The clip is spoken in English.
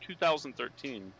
2013